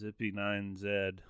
Zippy9Z